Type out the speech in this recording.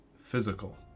physical